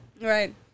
Right